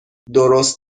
درست